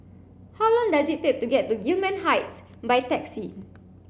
how long does it take to get to Gillman Heights by taxi